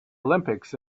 olympics